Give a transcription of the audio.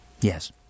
Yes